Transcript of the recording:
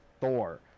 Thor